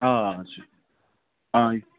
آ آے